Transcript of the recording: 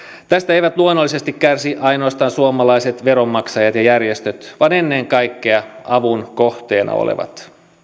eivät luonnollisesti kärsi ainoastaan suomalaiset veronmaksajat ja järjestöt vaan ennen kaikkea avun kohteena olevat